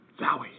zowie